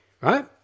right